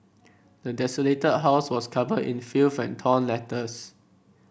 the desolated house was covered in filth and torn letters